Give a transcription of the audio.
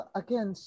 again